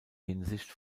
hinsicht